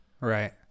Right